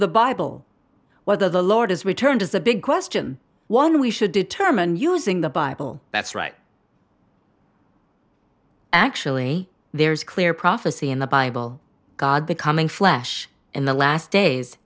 the bible whether the lord has returned is a big question one we should determine using the bible that's right actually there's a clear prophecy in the bible god becoming flesh in the last days